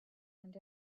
and